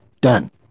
done